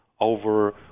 over